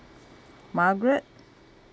margaret